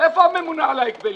איפה הממונה על ההגבלים?